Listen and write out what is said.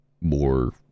more